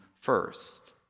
first